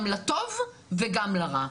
גם לטוב וגם לרע,